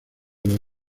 los